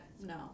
No